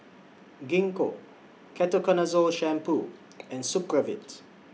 Gingko Ketoconazole Shampoo and Supravit